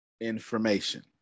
information